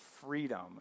freedom